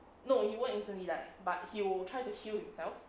no you won't instantly die but he'll try to heal himself